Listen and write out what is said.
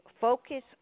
focus